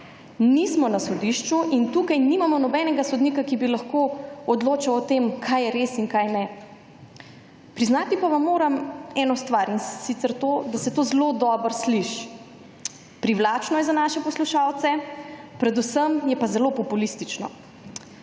Nismo na sodišču in tukaj nimamo nobenega sodnika, ki bi lahko odločal o tem kaj je res in kaj ne. Priznati pa vam moram eno stvar in sicer to, da se to zelo dobro sliši. Privlačno je za naše poslušalce, predvsem je pa zelo populistično.